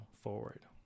forward